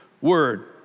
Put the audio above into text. word